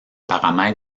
paramètres